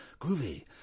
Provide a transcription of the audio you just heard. groovy